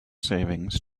savings